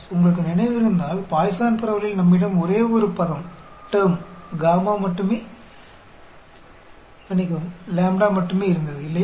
உங்களுக்கு நினைவிருந்தால் பாய்சான் பரவலில் நம்மிடம் ஒரே ஒரு பதம் λ மட்டுமே இருந்தது இல்லையா